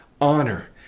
honor